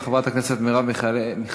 חברת הכנסת מרב מיכאלי.